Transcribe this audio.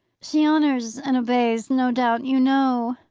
she honours and obeys, no doubt, you know,